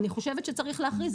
אני חושבת שצריך להכריז.